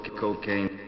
cocaine